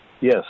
Yes